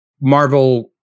Marvel